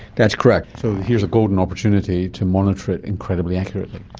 that's correct. so here's a golden opportunity to monitor it incredibly accurately.